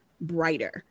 brighter